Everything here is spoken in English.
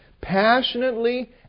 passionately